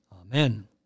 Amen